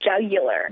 jugular